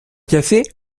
café